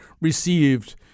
received